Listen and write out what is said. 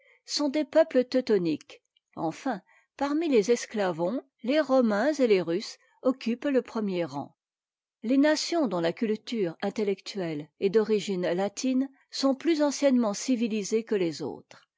sont des peuples teutoniques enfin parmi tes esctavons les polonais et tes russes occupent le premier rang les nations dont la culture intellectuelle est d'origine tatine sont plus anciennement civilisées que les autres